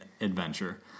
adventure